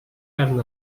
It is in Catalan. carn